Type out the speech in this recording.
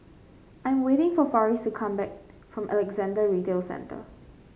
I'm waiting for Farris to come back from Alexandra Retail Centre